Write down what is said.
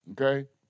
okay